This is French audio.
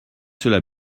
cela